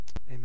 Amen